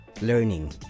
learning